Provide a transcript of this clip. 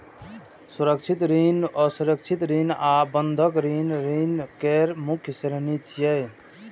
सुरक्षित ऋण, असुरक्षित ऋण आ बंधक ऋण ऋण केर मुख्य श्रेणी छियै